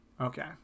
Okay